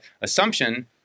assumption